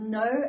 no